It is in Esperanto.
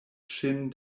ŝin